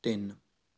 ਤਿੰਨ